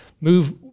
move